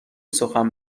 سخن